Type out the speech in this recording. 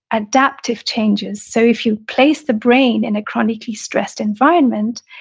adaptive changes so if you place the brain in a chronically stressed environment,